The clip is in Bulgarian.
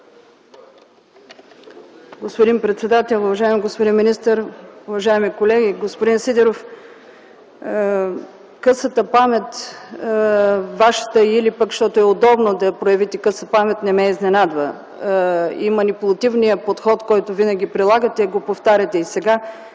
Господин председател, уважаеми господин министър, уважаеми колеги! Господин Сидеров, късата памет – Вашата, или пък защото е удобно да проявите къса памет, не ме изненадва, както и манипулативният подход, който винаги прилагате – повтаряте го и сега.